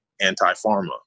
anti-pharma